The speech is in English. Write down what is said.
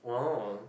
oh